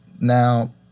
Now